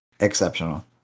exceptional